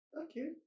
Okay